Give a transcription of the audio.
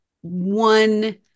one